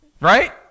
right